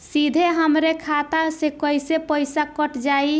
सीधे हमरे खाता से कैसे पईसा कट जाई?